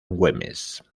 güemes